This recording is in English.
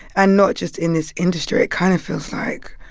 i'm not just in this industry. it kind of feels like